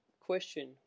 question